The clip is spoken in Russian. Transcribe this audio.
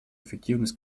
эффективность